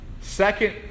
Second